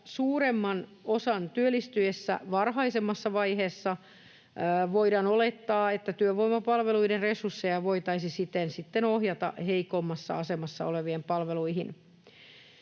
suuremman osan työllistyessä varhaisemmassa vaiheessa voidaan olettaa, että työvoimapalveluiden resursseja voitaisiin siten ohjata heikommassa asemassa olevien palveluihin.